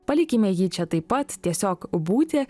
palikime jį čia taip pat tiesiog būti